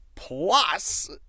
Plus